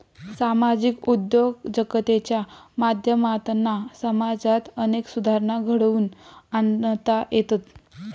सामाजिक उद्योजकतेच्या माध्यमातना समाजात अनेक सुधारणा घडवुन आणता येतत